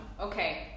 Okay